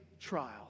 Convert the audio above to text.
trial